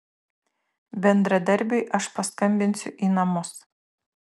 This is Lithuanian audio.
bendradarbiui aš paskambinsiu į namus